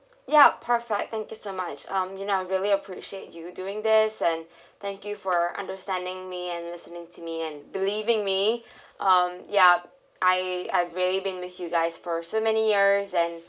ya perfect thank you so much um you know I really appreciate you doing this and thank you for understanding me and listening to me and believing me um ya I I really been with you guys for so many years and